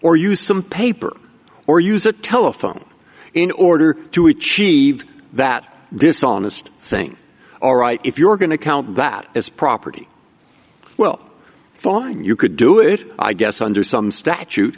or use some paper or use a telephone in order to achieve that dishonest thing all right if you're going to count that as property well fine you could do it i guess under some statute